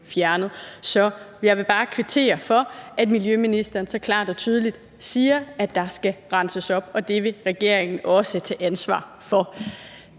Så jeg vil bare kvittere for, at miljøministeren så klart og tydeligt siger, at der skal renses op, og at det vil regeringen også tage ansvar for.